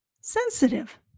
sensitive